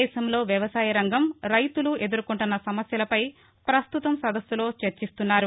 దేశంలో వ్యవసాయరంగం రైతులు ఎదుర్కొంటున్న సమస్యలపై పస్తుతం సదస్సులో చర్చిస్తున్నారు